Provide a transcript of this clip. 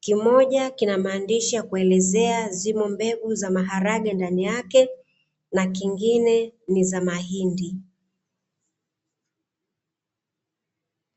kimoja kina maandishi ya kuelezea zimo mbegu za maharage ndani yake na zingine ni za mahindi.